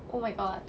oh my god